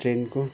ट्रेनको